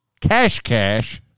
cash-cash